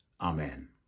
Amen